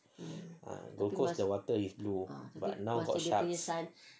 ah gold coast the water is blue but now got sharks